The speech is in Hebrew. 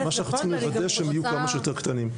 צריך לוודא שהם יהיו כמה שיותר קטנים.